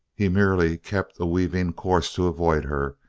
he merely kept a weaving course to avoid her,